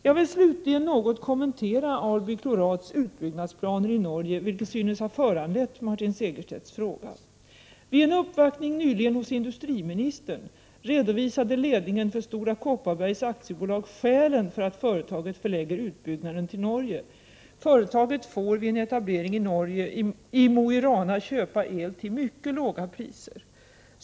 Jag vill slutligen något kommentera Alby klorats utbyggnadsplaner i Norge, vilka synes ha föranlett Martin Segerstedts fråga. Vid en uppvaktning nyligen hos industriministern redovisade ledningen för Stora Kopparbergs AB skälen för att företaget förlägger utbyggnaden till Norge. Företaget får vid en etablering i Mo i Rana köpa el till mycket låga priser.